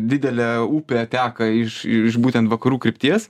didelė upė teka iš būtent vakarų krypties